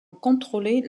contrôler